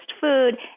food